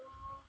so